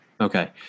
Okay